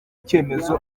ikemezo